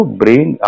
brain